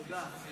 תודה.